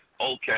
okay